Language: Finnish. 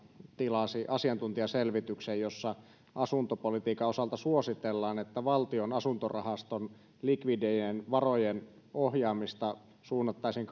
tilasi asiantuntijaselvityksen jossa asuntopolitiikan osalta suositellaan että valtion asuntorahaston likvidien varojen ohjaamista suunnattaisiin